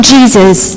Jesus